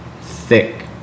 thick